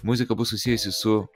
muzika bus susijusi su